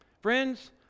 Friends